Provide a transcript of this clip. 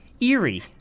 eerie